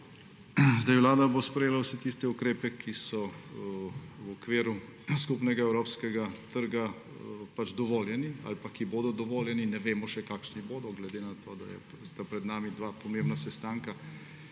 Vlada bo sprejela vse tiste ukrepe, ki so v okviru skupnega evropskega trga dovoljeni ali pa ki bodo dovoljeni – ne vemo še, kakšni bodo, glede na to, da sta pred nami dva pomembna sestanka,